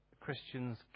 Christians